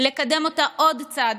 לקדם אותה עוד צעד,